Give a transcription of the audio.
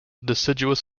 deciduous